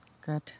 Good